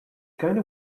kinda